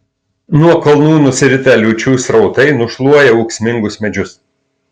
nuo kalnų nusiritę liūčių srautai nušluoja ūksmingus medžius